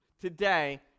today